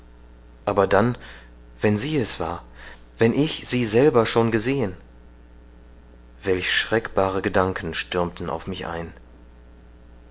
aber dann wenn sie es war wenn ich sie selber schon gesehen welch schreckbare gedanken stürmten auf mich ein